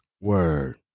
Word